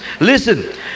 Listen